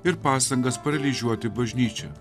ir pastangas paralyžiuoti bažnyčią